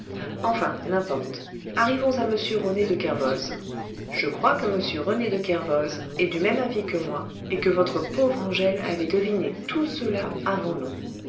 enfin n'importe arrivons à m rené de kervoz je crois que m rené de kervoz est du même avis que moi et que votre pauvre angèle avait deviné tout cela avant nous